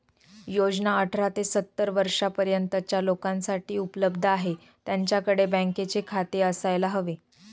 योजना अठरा ते सत्तर वर्षा पर्यंतच्या लोकांसाठी उपलब्ध आहे, त्यांच्याकडे बँकेचे खाते असायला हवे